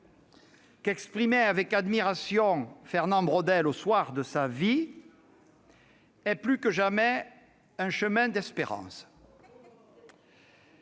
qu'exprimait avec admiration Fernand Braudel au soir de sa vie, est plus que jamais un chemin d'espérance.